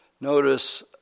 notice